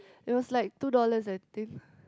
it was like two dollars I think